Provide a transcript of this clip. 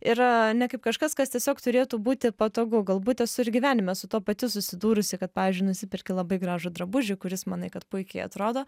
yra ne kaip kažkas kas tiesiog turėtų būti patogu galbūt tas ir gyvenime su tuo pati susidūrusi kad pavyzdžiui nusiperki labai gražų drabužį kuris manai kad puikiai atrodo